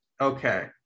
Okay